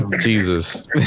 Jesus